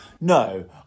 No